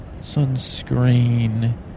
sunscreen